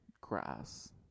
grass